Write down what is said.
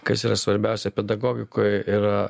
kas yra svarbiausia pedagogikoje yra